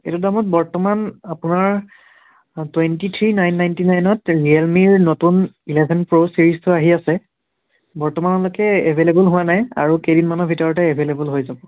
এইটো দামত বৰ্তমান আপোনাৰ টুৱেণ্টি থ্ৰি নাইন নাইনটি নাইনত ৰিয়েলমিৰ নতুন ইলেভেন প্ৰ' চিৰিজটো আহি আছে বৰ্তমানলৈকে এভেলেবোল হোৱা নাই আৰু কেইদিনমানৰ ভিতৰতে এভেলেবোল হৈ যাব